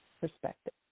perspective